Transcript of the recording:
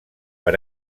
per